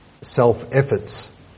self-efforts